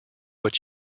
what